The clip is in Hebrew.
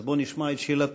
אז בוא נשמע את שאלתו.